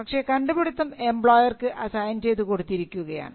പക്ഷേ കണ്ടുപിടിത്തം എംപ്ലോയർക്ക് അസൈൻ ചെയ്തു കൊടുത്തിരിക്കുകയാണ്